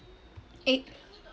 eight